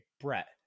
Brett